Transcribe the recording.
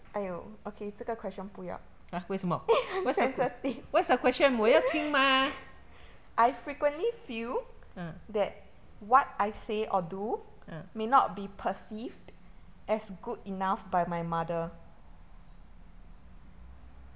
!huh! 为什么 what is the what is the question 我要听嘛 ah ah